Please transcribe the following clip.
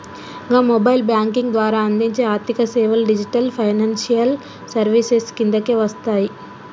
గా mobile banking ద్వారా అందించే ఆర్థికసేవలు డిజిటల్ ఫైనాన్షియల్ సర్వీసెస్ కిందకే వస్తయి